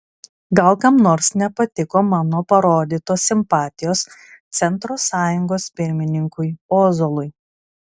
gal kam nors nepatiko mano parodytos simpatijos centro sąjungos pirmininkui ozolui